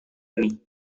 ini